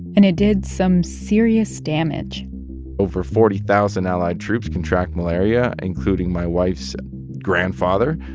and it did some serious damage over forty thousand allied troops contract malaria, including my wife's grandfather,